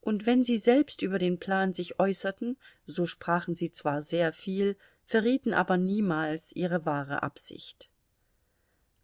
und wenn sie selbst über den plan sich äußerten so sprachen sie zwar sehr viel verrieten aber niemals ihre wahre absicht